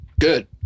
good